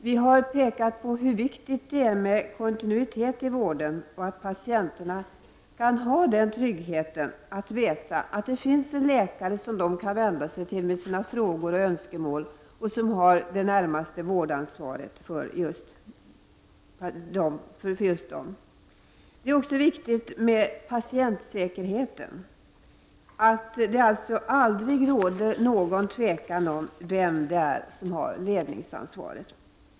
Vi har pekat på hur viktigt det är med kontinuitet i vården och hur viktigt det är att patienterna har tryggheten att veta att det finns en läkare som de kan vända sig till med sina frågor och önskemål och som är närmast ansvarig för just deras vård. Också patientsäkerheten — att det aldrig råder någon tvekan om vem som har ledningsansvaret — är viktig.